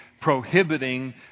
prohibiting